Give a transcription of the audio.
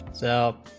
so